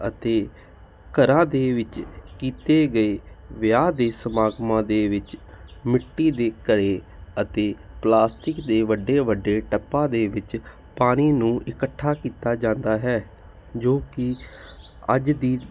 ਅਤੇ ਘਰਾਂ ਦੇ ਵਿੱਚ ਕੀਤੇ ਗਏ ਵਿਆਹ ਦੇ ਸਮਾਗਮਾਂ ਦੇ ਵਿੱਚ ਮਿੱਟੀ ਦੇ ਘਰੇ ਅਤੇ ਪਲਾਸਟਿਕ ਦੇ ਵੱਡੇ ਵੱਡੇ ਟੱਬਾ ਦੇ ਵਿੱਚ ਪਾਣੀ ਨੂੰ ਇਕੱਠਾ ਕੀਤਾ ਜਾਂਦਾ ਹੈ ਜੋ ਕਿ ਅੱਜ ਦੀ